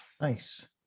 nice